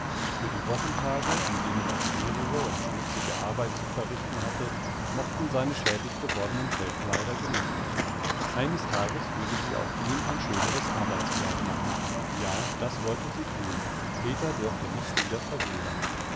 für die wochentage an denen er schwere und schmutzige arbeit zu verrichten hatte mochten seine schäbiggewordenen fellkleider genügen eines tages würde sie auch ihm ein schöneres arbeitskleid machen ja das wollte sie tun peter durfte nicht wieder verwildern